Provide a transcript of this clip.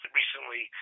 recently